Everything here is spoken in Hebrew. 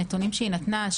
הנתונים שהיא נתנה,